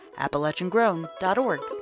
AppalachianGrown.org